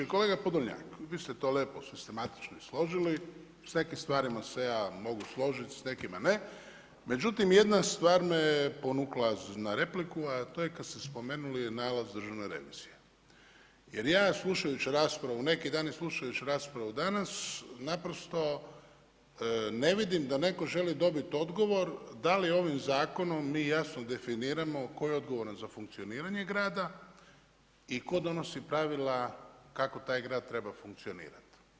Kolega Podolnjak, vi ste to lijepo sistematično složili, s nekim stvarima se ja mogu složiti, s nekima ne, međutim jedna stvar me ponukala na repliku a to je kad ste spomenuli nalaz Državne revizije jer ja slušajući raspravu neki dan i slušajući raspravu danas, naprosto ne vidim da netko želi dobiti odgovor da li ovim zakonom mi jasno definiramo tko je odgovoran za funkcioniranje grada i tko donosi pravila kako taj grad treba funkcionirati.